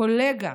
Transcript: קולגה,